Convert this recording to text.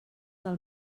del